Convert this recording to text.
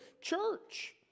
church